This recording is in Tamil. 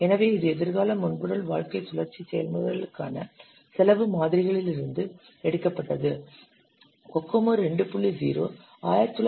எனவே இது எதிர்கால மென்பொருள் வாழ்க்கை சுழற்சி செயல்முறைகளுக்கான செலவு மாதிரிகளிலிருந்து எடுக்கப்பட்டது கோகோமோ 2